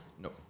no